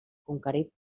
conquerit